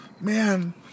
Man